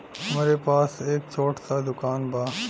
हमरे पास एक छोट स दुकान बा